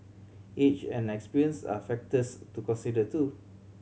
age and experience are factors to consider too